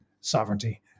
sovereignty